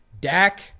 Dak